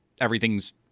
everything's